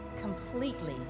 completely